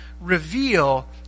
reveal